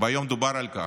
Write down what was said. והיום דובר על כך.